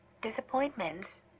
disappointments